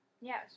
Yes